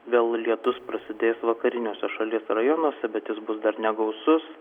vėl lietus prasidės vakariniuose šalies rajonuose bet jis bus dar negausus